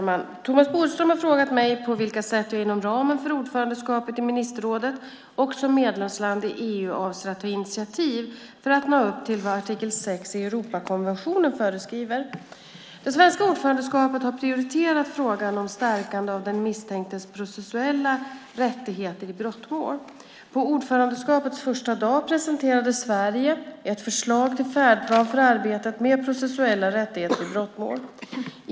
Fru talman! Thomas Bodström har frågat mig på vilka sätt jag inom ramen för ordförandeskapet i ministerrådet och som medlemsland i EU avser att ta initiativ för att nå upp till vad artikel 6 i Europakonventionen föreskriver. Det svenska ordförandeskapet har prioriterat frågan om stärkandet av den misstänktes processuella rättigheter i brottmål. På ordförandeskapets första dag presenterade Sverige ett förslag till färdplan för arbetet med processuella rättigheter i brottmål.